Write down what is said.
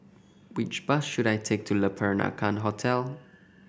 which bus should I take to Le Peranakan Hotel